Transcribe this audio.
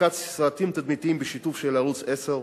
הפקת סרטים תדמיתיים בשיתוף ערוץ-10,